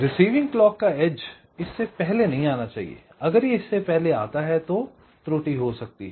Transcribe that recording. receiving clock का edge इससे पहले नहीं आना चाहिए अगर यह इससे पहले आता है तो त्रुटि हो सकती है